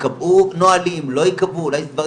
ייקבעו נהלים או לא ייקבעו אולי יש דברים